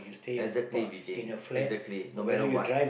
exactly Vijay exactly no matter what